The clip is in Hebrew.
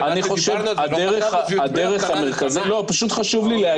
חיים --- חשוב לי להגיד,